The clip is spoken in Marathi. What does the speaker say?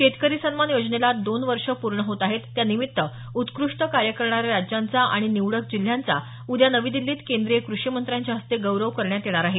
शेतकरी सन्मान योजनेला दोन वर्ष पूर्ण होत आहेत त्यानिमित्त उत्कृष्ट कार्य करणाऱ्या राज्यांचा आणि निवडक जिल्ह्यांचा उद्या नवी दिल्लीत केंद्रीय कृषी मंत्र्यांच्या हस्ते गौरव करण्यात येणार आहे